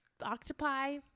octopi